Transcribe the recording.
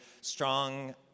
strong